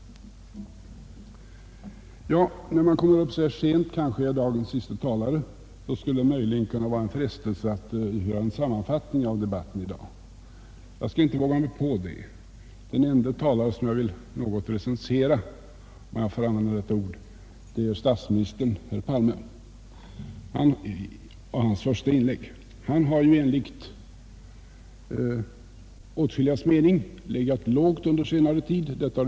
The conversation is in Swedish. När man får ordet så här sent — jag är förmodligen dagens sista talare — vore det frestande att göra en sammanfattning av debatten. Det skall jag emellertid inte göra. Den enda talare som jag vill något recensera — om jag får använda det ordet — är statsminister Palme i hans första inlägg. Enligt åtskilligas mening har statsministern under senare tid ”legat lågt”.